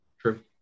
True